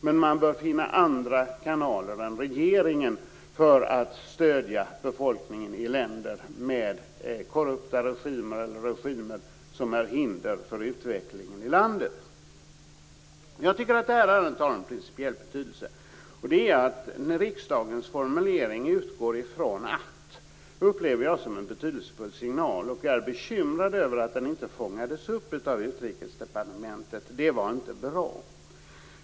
Men man bör finna andra kanaler än regeringarna för att stödja befolkningen i länder med korrupta regimer eller regimer som hindrar utvecklingen i landet. Jag tycker att det här ärendet har en principiell betydelse. När riksdagen formulerar det så att man "utgår ifrån", upplever jag det som en betydelsefull signal. Jag är bekymrad över att denna signal inte fångades upp av Utrikesdepartementet. Det var inte bra.